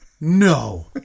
no